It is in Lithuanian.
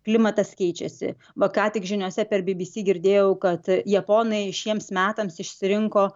klimatas keičiasi va ką tik žiniose per bbc girdėjau kad japonai šiems metams išsirinko